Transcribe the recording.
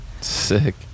sick